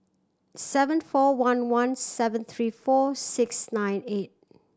seven four one one seven three four six nine eight